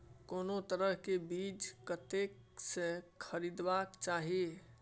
कोनो तरह के बीज कतय स खरीदबाक चाही?